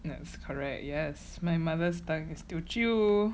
that's correct yes my mother's tongue is teochew